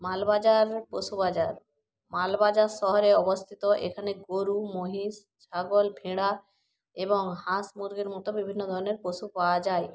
মাল বাজার পশু বাজার মাল বাজার শহরে অবস্থিত এখানে গরু মহিষ ছাগল ভেড়া এবং হাঁস মুরগির মতো বিভিন্ন ধরনের পশু পাওয়া যায়